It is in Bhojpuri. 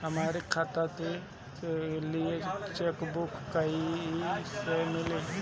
हमरी खाता के लिए चेकबुक कईसे मिली?